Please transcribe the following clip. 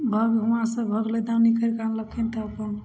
भऽ वहाँसँ भऽ गेलै दौनी करिके आनलखिन तब